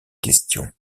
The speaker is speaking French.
question